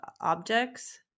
objects